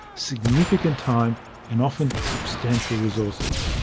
significant time and often substantial resources.